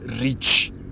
rich